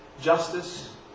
justice